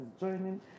joining